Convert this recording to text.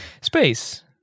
Space